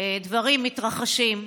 דברים מתרחשים,